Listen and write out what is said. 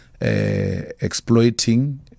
exploiting